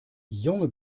junge